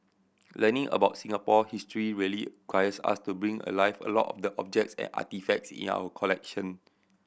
learning about Singapore history really requires us to bring alive a lot of the objects and artefacts in our collection